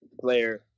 player